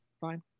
fine